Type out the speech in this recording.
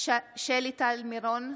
שלי טל מירון,